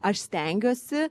aš stengiuosi